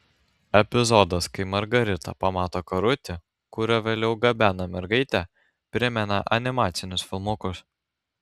epizodas kai margarita pamato karutį kuriuo vėliau gabena mergaitę primena animacinius filmukus